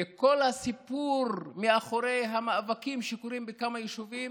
וכל הסיפור מאחורי המאבקים שקורים בכמה יישובים